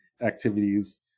activities